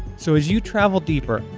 so as you travel deeper,